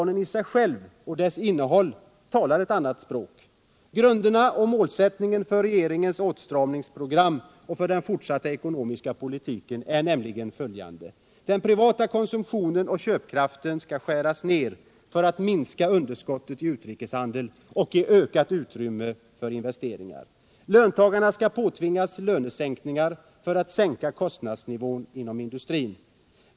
Men finansplanens innehåll talar ett annat språk. Grunderna och målsättningen för regeringens åtstramningsprogram och för den fortsatta ekonomiska politiken är nämligen följande: 1. Den privata konsumtionen och köpkraften skall skäras ner för att minska underskottet i utrikeshandeln och ge utrymme för ökade investeringar. 2. Löntagarna skall påtvingas lönesänkningar för att sänka kostnadsnivån inom industrin. 3.